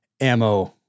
ammo